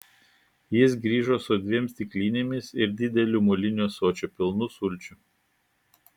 jis grįžo su dviem stiklinėmis ir dideliu moliniu ąsočiu pilnu sulčių